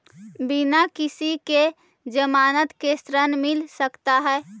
बिना किसी के ज़मानत के ऋण मिल सकता है?